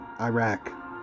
Iraq